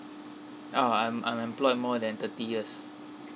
ah I'm I'm employed more than thirty years